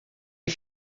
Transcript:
est